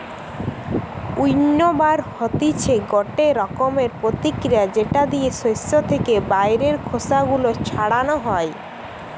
উইন্নবার হতিছে গটে রকমের প্রতিক্রিয়া যেটা দিয়ে শস্য থেকে বাইরের খোসা গুলো ছাড়ানো হয়